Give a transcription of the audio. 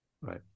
right